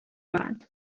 بعد